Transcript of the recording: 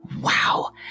Wow